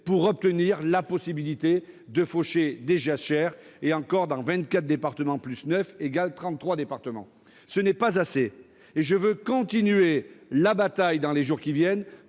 pour obtenir la possibilité de faucher des jachères dans 24 départements plus 9, soit 33. Ce n'est pas assez et je veux continuer la bataille dans les jours qui viennent